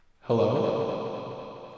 Hello